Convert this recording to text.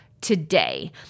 today